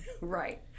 Right